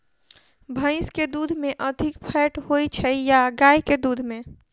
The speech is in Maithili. भैंस केँ दुध मे अधिक फैट होइ छैय या गाय केँ दुध में?